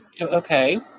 Okay